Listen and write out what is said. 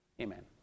Amen